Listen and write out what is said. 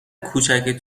کوچک